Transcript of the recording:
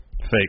Fake